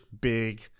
big